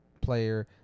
player